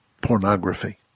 pornography